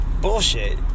Bullshit